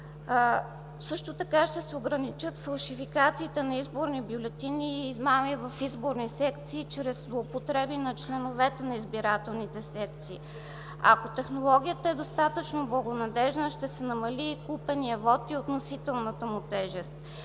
Също така ще се ограничат фалшификациите на изборни бюлетини и измами в изборни секции чрез злоупотреби на членовете на избирателните секции. Ако технологията е достатъчно благонадеждна, ще се намали и купеният вот и относителната му тежест,